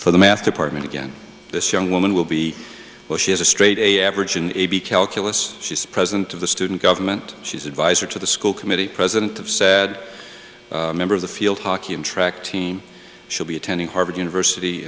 for the math department again this young woman will be well she is a straight a average an a b calculus she's president of the student government she's advisor to the school committee president of said member of the field hockey and track team should be attending harvard university